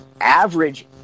average